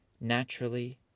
naturally